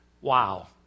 wow